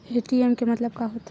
ATM के मतलब का होथे?